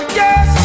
yes